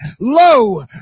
lo